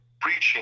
preaching